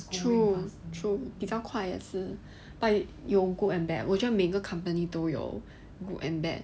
true true 比较快也是 but 有 good good and bad 我觉得每个 company 都有 good and bad